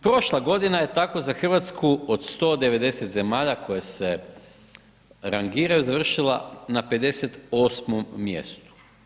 Prošla godina je tako za Hrvatsku od 190 zemalja koje se rangiraju završila na 58 mjestu.